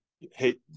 hey